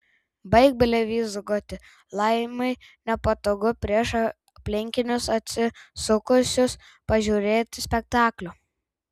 baik blevyzgoti laimai nepatogu prieš aplinkinius atsisukusius pažiūrėti spektaklio